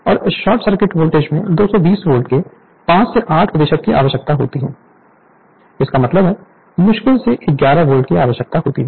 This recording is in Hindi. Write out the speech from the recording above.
तो शॉर्ट सर्किट वोल्टेज में 220 वोल्ट के 5 से 8 प्रतिशत की आवश्यकता होती है इसका मतलब है मुश्किल से 11 वोल्ट की आवश्यकता होती है